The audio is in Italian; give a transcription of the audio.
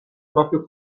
proprio